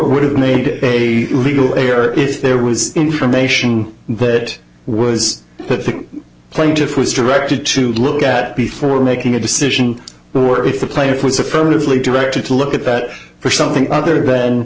would have made a legal a or if there was information that was that the plaintiff was directed to look at before making a decision or if the player was affirmatively directed to look at that for something other th